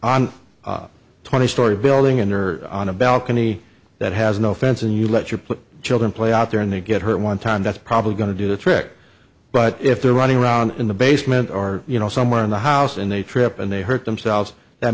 a twenty story building and or on a balcony that has no fence and you let you put children play out there and they get hurt one time that's probably going to do the trick but if they're running around in the basement or you know somewhere in the house and they trip and they hurt themselves that